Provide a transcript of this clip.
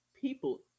people